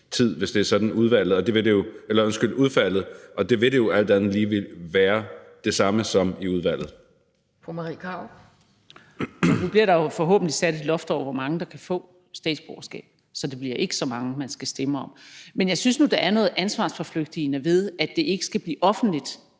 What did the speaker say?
(Pia Kjærsgaard): Fru Marie Krarup. Kl. 18:52 Marie Krarup (DF): Nu bliver der jo forhåbentlig sat et loft over, hvor mange der kan få statsborgerskab, så det ikke bliver så mange, man skal stemme om. Men jeg synes nu, at der er noget ansvarsforflygtigende i, at det ikke skal blive offentligt,